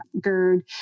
GERD